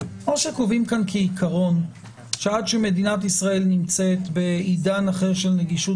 או שקובעים כאן כעיקרון שעד שמדינת ישראל תימצא בעידן אחר של נגישות